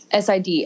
SID